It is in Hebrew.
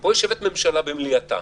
פה יושבת הממשלה וצריכה לקבל החלטה,